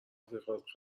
رفیقات